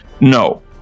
no